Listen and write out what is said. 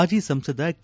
ಮಾಜಿ ಸಂಸದ ಕೆ